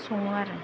सङो आरो